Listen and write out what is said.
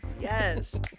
Yes